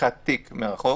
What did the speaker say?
פתיחת תיק מרחוק.